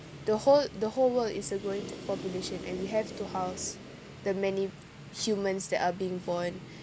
the whole the whole world is a growing population and you have to house the many humans that are being born